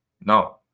no